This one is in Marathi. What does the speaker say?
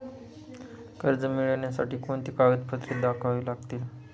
कर्ज मिळण्यासाठी कोणती कागदपत्रे दाखवावी लागतील?